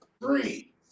three